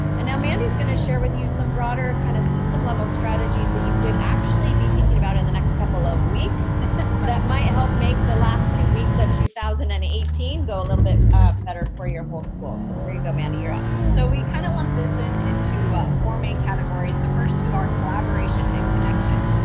and now mandy's going to share with you some broader kind of system level strategies that you could actually be thinking about in the next couple of weeks that might help make the last two weeks of two thousand and eighteen go a little bit better for your whole school. so here you go mandy, you're up. so we kind of lump this in into four main categories. the first two are collaboration and connection.